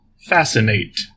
Fascinate